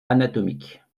anatomiques